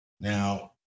Now